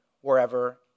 wherever